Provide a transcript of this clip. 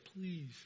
please